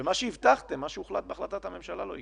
ומה שהבטחתם, מה שהוחלט בהחלטת הממשלה לא הגיע,